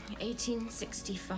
1865